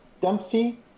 Dempsey